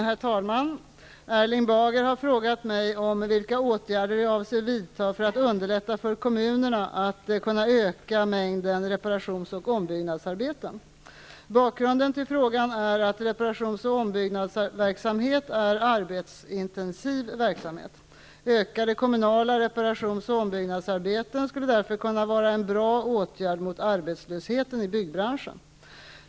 Herr talman! Erling Bager har frågat mig vilka åtgärder jag avser att vidta för att underlätta för kommunerna att öka mängden reparations och ombyggnadsarbeten. Bakgrunden till frågan är att reparations och ombyggnadsverksamhet är arbetsintensiv verksamhet. Ökade kommunala reparations och ombyggnadsarbeten skulle därför kunna vara en bra åtgärd mot arbetslösheten i byggbranschen.